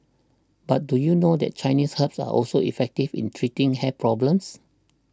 but do you know that Chinese herbs are also effective in treating hair problems